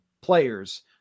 players